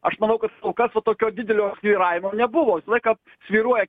aš manau kad o garso tokio didelio ir aido nebuvo visą laiką svyruoja